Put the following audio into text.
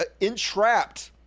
entrapped